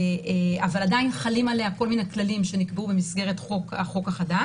אבל עדיין חלים עליה כל מיני כללים שנקבעו במסגרת החוק החדש.